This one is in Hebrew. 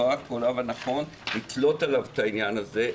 לא הקולב הנכון לתלות עליו את הדבר הזה,